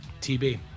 TB